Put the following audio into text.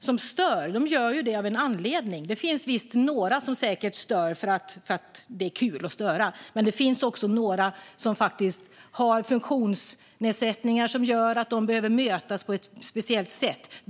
som stör gör det av en anledning. Det finns säkert några som stör för att det är kul att störa, men det finns faktiskt de som har funktionsnedsättningar som gör att de behöver mötas på ett speciellt sätt.